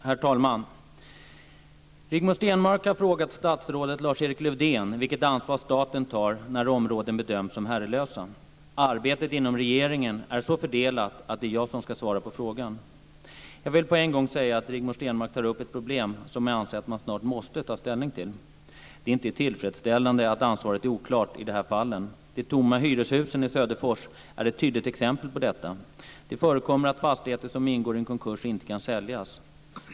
Herr talman! Rigmor Stenmark har frågat statsrådet Lars-Erik Lövdén vilket ansvar staten tar när områden bedöms som herrelösa. Arbetet inom regeringen är så fördelat att det är jag som ska svara på frågan. Jag vill på en gång säga att Rigmor Stenmark tar upp ett problem som jag anser att man snart måste ta ställning till. Det är inte tillfredsställande att ansvaret är oklart i de här fallen. De tomma hyreshusen i Söderfors är ett tydligt exempel på detta. Det förekommer att fastigheter som ingår i en konkurs inte kan säljas.